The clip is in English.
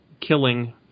killing